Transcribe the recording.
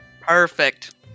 Perfect